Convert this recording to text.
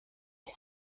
die